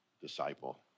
disciple